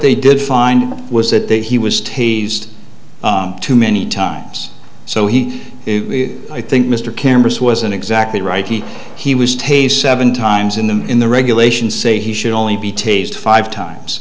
they did find was that he was tase too many times so he i think mr cameras wasn't exactly right he was taste seven times in the in the regulations say he should only be taste five times